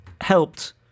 helped